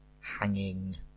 hanging